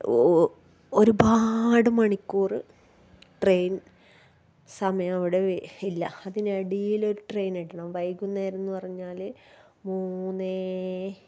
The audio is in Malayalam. ഓ ഒരുപാട് മണിക്കൂറ് ട്രെയിൻ സമയം അവിടെ ഇല്ല അതിനിടയിൽ ഒരു ട്രെയിനിടണം വൈകുന്നേരമെന്ന് പറഞ്ഞാല് മൂന്നേ